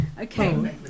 Okay